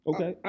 Okay